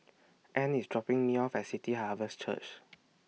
Anne IS dropping Me off At City Harvest Church